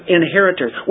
inheritors